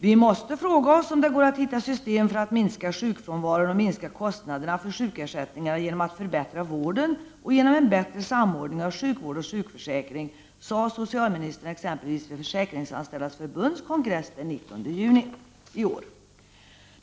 ”Vi måste fråga oss om det går att hitta system för att minska sjukfrånvaron och minska kostnaderna för sjukersättningarna genom att förbättra vården och genom en bättre samordning av sjukvård och sjukförsäkring” sade socialministern exempelvis vid Försäkringsanställdas förbunds kongress den 19 juni i år.